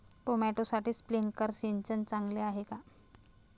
टोमॅटोसाठी स्प्रिंकलर सिंचन चांगले आहे का?